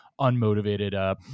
unmotivated